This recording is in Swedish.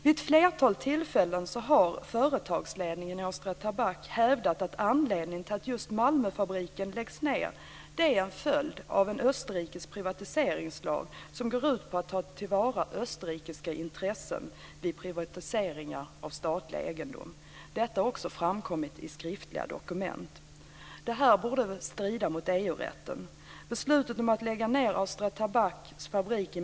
Vid ett flertal tillfällen har företagsledningen i Austria Tabak hävdat att anledningen till att just Malmöfabriken läggs ned är en österrikisk privatiseringslag som går ut på att ta till vara österrikiska intressen vid privatisering av statlig egendom. Detta har också framkommit i skriftliga dokument. Det borde strida mot EU-rätten.